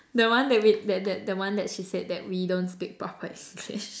the one that we that that the one that she said that we don't speak proper English